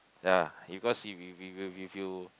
ya because if if if you if you